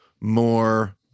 more